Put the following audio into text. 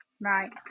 right